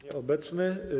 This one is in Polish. Nieobecny.